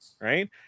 right